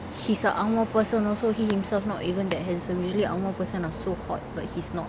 he's a ang moh person also he himself not even that handsome usually ang moh person are so hot but he's not